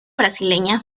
brasileña